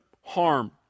harm